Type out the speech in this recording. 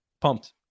pumped